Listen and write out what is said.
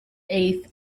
eighth